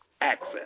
access